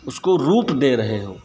उसको रूप दे रहे हो